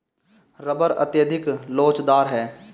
rubber अत्यधिक लोचदार है